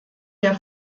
der